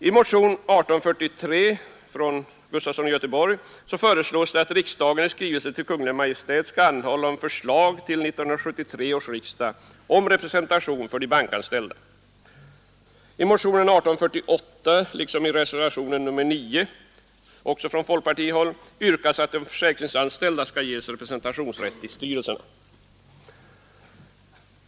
I motionen 1843 av herr Gustafson i Göteborg föreslås att riksdagen i skrivelse till Kungl. Maj:t skall anhålla om förslag till 1973 års riksdag om representation för de bankanställda. I motionen 1848, liksom i reservationen 9, också från folkpartihåll, yrkas att de försäkringsanställda skall ges representationsrätt i styrelserna.